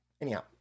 Anyhow